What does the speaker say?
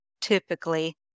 typically